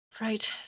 Right